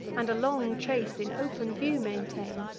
and a long chase in open view maintain.